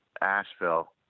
Asheville